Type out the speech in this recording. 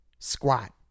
Squat